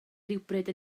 rhywbryd